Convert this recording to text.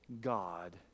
God